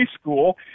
school